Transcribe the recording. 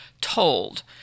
told